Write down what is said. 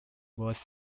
was